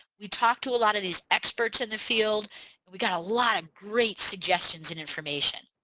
we talked to a lot of these experts in the field and we got a lot of great suggestions and information.